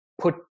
put